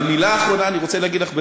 אבל מילה אחרונה אני רוצה להגיד לך,